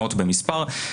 מאות במספר,